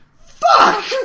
Fuck